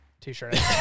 t-shirt